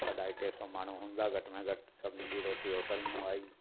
अढाई टे सौ माण्हू हूंदा घटि में घटि सभिनीनि जी रोटी होटल मां आई